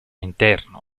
interno